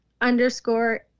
underscore